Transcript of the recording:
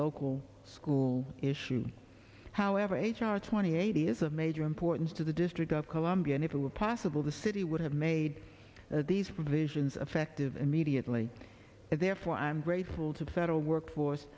local school issue however h r twenty eight is of major importance to the district of columbia and if it were possible the city would have made these provisions affective immediately and therefore i'm grateful to the federal workforce